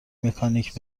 مکانیک